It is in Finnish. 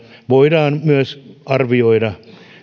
voidaan myös arvioida